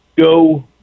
go